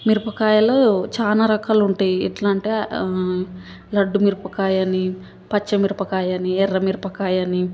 మిరపకాయలో చాలా రకాలుంటయి ఎట్లా అంటే లడ్డు మిరపకాయని పచ్చ మిరపకాయని ఎర్ర మిరపకాయని